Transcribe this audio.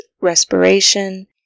respiration